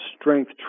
strength